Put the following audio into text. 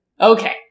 okay